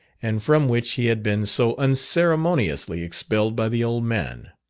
and from which he had been so unceremoniously expelled by the old man.